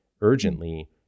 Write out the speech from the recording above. urgently